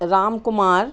Ram Kumar